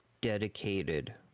dedicated